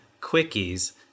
quickies